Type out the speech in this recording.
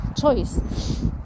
choice